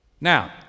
Now